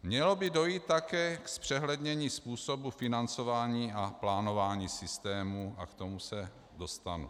Mělo by dojít také k zpřehlednění způsobu financování a plánování systému, a k tomu se dostanu.